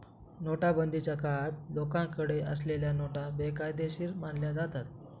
नोटाबंदीच्या काळात लोकांकडे असलेल्या नोटा बेकायदेशीर मानल्या जातात